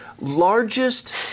Largest